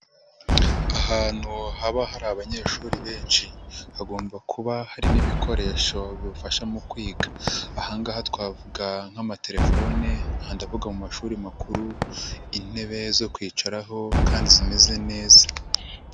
ahantu haba hari abanyeshuri benshi hagomba kuba hari n'ibikoresho bifasha mu kwiga, aha ngaha twavuga nk'amatelefone aha ndavu mu mashuri makuru intebe zo kwicaraho kandi zimeze neza.